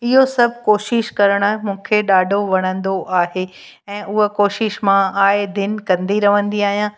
इहो सभु कोशिश करणु मूंखे ॾाढो वणंदो आहे ऐं उहा कोशिश मां आहे दिन कंदी रहंदी आहियां